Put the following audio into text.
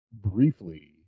briefly